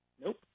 Nope